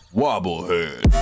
Wobblehead